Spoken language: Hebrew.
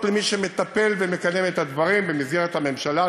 למי שמטפל ומקדם את הדברים במסגרת הממשלה.